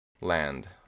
land